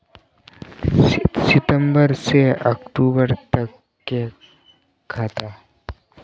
सितम्बर से अक्टूबर तक के खाता?